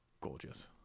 gorgeous